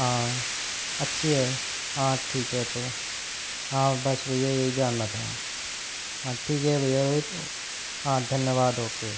हाँ अच्छी है हाँ ठीक है तो हाँ बस भैया यही जानना था हाँ ठीक है भैया रोहित हाँ धन्यवाद ओके